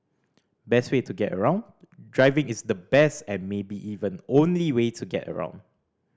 best way to get around Driving is the best and maybe even only way to get around